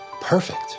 perfect